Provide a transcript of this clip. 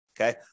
Okay